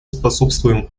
способствуем